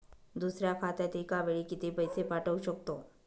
दुसऱ्या खात्यात एका वेळी किती पैसे पाठवू शकतो?